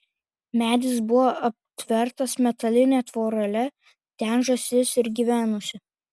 medis buvo aptvertas metaline tvorele ten žąsis ir gyvenusi